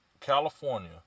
California